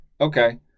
Okay